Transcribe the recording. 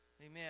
Amen